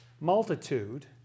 multitude